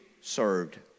served